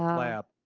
lab.